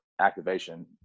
activation